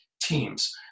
teams